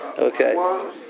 Okay